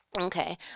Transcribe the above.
Okay